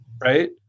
Right